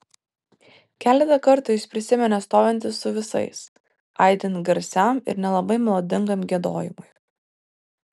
keletą kartų jis prisiminė stovintis su visais aidint garsiam ir nelabai melodingam giedojimui